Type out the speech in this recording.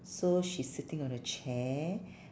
so she's sitting on a chair